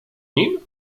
nim